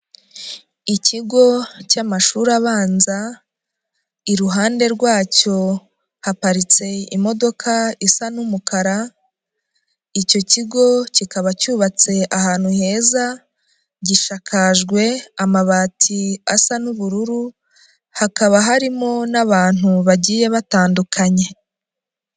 Ikigo cy'amashuri abanza iruhande rwacyo haparitse imodoka isa n'umukara, icyo kigo kikaba cyubatse ahantu heza gishikajwe amabati asa n'ubururu, hakaba harimo n'abantu bagiye batandukanye.